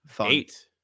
eight